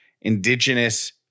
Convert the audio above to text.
indigenous